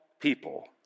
people